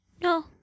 No